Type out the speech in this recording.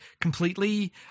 completely